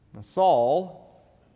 Saul